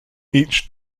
each